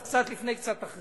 קצת לפני או קצת אחרי.